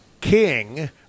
king